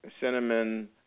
cinnamon